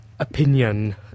Opinion